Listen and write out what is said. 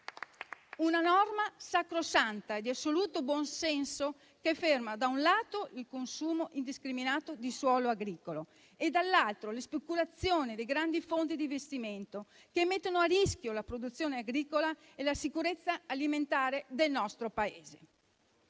una norma sacrosanta e di assoluto buon senso che ferma, da un lato, il consumo indiscriminato di suolo agricolo e, dall'altro, la speculazione dei grandi fondi di investimento che mettono a rischio la produzione agricola e la sicurezza alimentare del nostro Paese.